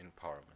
empowerment